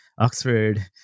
Oxford